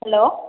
hello